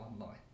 online